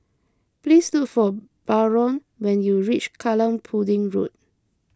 please look for Barron when you reach Kallang Pudding Road